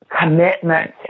commitment